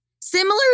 similar